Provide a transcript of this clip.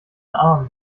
arm